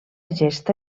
gesta